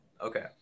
Okay